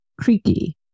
creaky